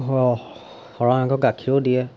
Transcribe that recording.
স সৰহ সংখ্যক গাখীৰো দিয়ে